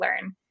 learn